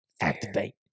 activate